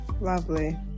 Lovely